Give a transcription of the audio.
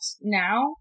now